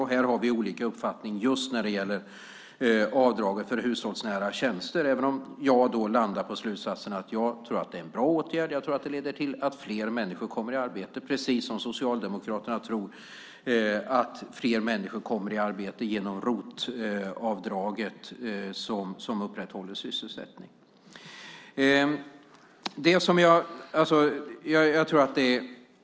Men vi har olika uppfattning just när det gäller avdraget för hushållsnära tjänster. Jag landar i slutsatsen att det nog är en bra åtgärd och en åtgärd som leder till att fler människor kommer i arbete. Socialdemokraterna tror att fler människor kommer i arbete genom det ROT-avdrag som upprätthåller sysselsättningen.